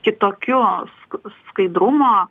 kitokios skaidrumo